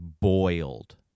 boiled